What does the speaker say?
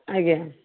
ଆଜ୍ଞା